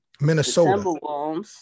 Minnesota